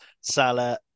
Salah